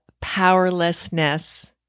powerlessness